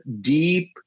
deep